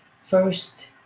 first